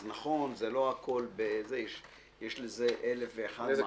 אז נכון, זה לא הכול, יש לזה נזק משקי.